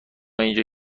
اینجا